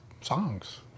songs